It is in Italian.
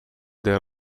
del